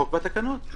החוק והתקנות.